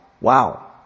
Wow